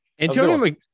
Antonio